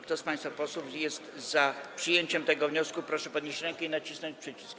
Kto z państwa posłów jest za przyjęciem tego wniosku, proszę podnieść rękę i nacisnąć przycisk.